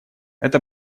это